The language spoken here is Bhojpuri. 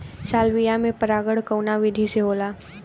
सालविया में परागण कउना विधि से होला?